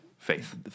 Faith